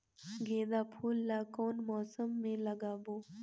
गेंदा फूल ल कौन मौसम मे लगाबो?